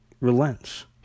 relents